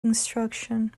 instruction